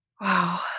Wow